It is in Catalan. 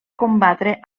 combatre